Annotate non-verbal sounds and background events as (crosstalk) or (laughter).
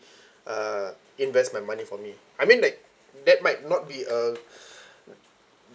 uh invest my money for me I mean like that might not be a (breath)